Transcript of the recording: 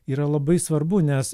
yra labai svarbu nes